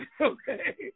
okay